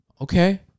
Okay